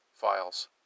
files